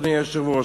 אדוני היושב-ראש: